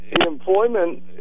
employment